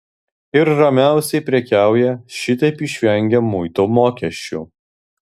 ir ramiausiai prekiauja šitaip išvengę muito mokesčių